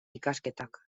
ikasketak